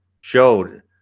showed